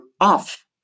off